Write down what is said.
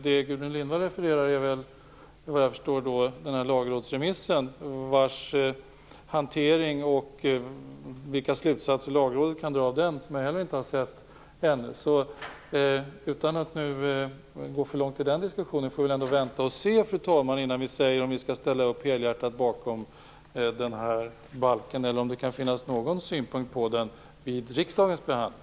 Det Gudrun Lindvall refererar till är, vad jag förstår, lagrådsremissen. Jag har heller inte sett hur hanteringen sker av den och vilka slutsatser Lagrådet kommer att dra. Utan att gå för långt i den diskussionen är det väl ändå så att vi får vänta och se, fru talman, innan vi säger att vi skall ställa upp helhjärtat bakom balken. Det kanske kan finnas någon synpunkt på den vid riksdagens behandling.